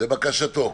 לבקשתו.